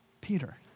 Peter